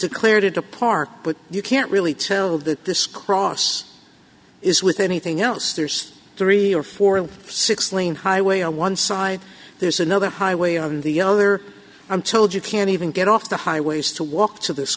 declared it a park but you can't really tell that this cross is with anything else there's three or four or six lane highway on one side there's another highway on the other i'm told you can't even get off the highways to walk to this